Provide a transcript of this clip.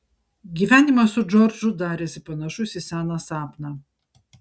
gyvenimas su džordžu darėsi panašus į seną sapną